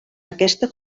aquesta